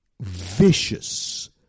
vicious